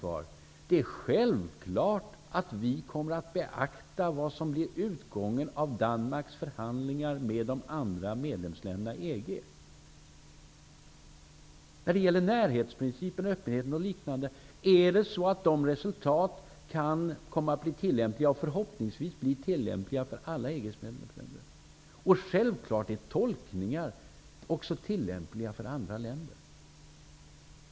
Det är självklart att vi kommer att beakta vad som blir utgången av När det gäller närhetsprincipen, öppenheten och liknande kan resultaten bli, och förhoppningsvis blir, tillämpliga för alla EG:s medlemsländer. Självfallet är tolkningar också tillämpliga för andra länder.